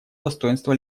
достоинства